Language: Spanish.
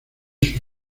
sus